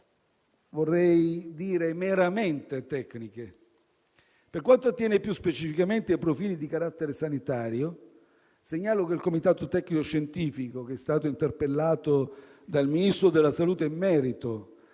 vorrei dire meramente, tecniche. Per quanto attiene più specificamente ai profili di carattere sanitario, segnalo che il comitato tecnico-scientifico che è stato interpellato dal Ministro della salute in merito